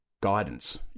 guidance